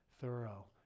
thorough